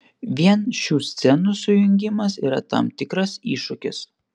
vien šių scenų sujungimas yra tam tikras iššūkis